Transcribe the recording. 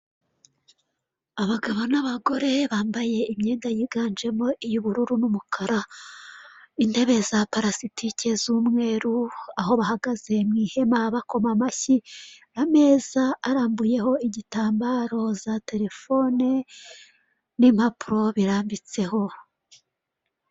Abagabo n'abagore bambaye imyenda yiganjemo iy'ubururu n'umukara, intebe za parasitike z'umweru, aho bahagaze mu ihema bakoma amashyi, ameza arambuyeho igitambaro, za telephone n'impapuro birambitseho.